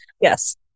Yes